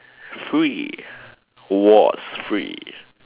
free was free